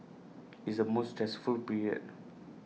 is the most stressful period